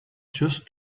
just